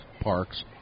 parks